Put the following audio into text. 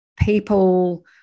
people